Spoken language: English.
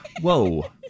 Whoa